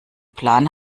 plan